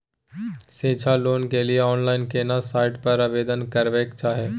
शिक्षा लोन के लिए ऑनलाइन केना साइट पर आवेदन करबैक छै?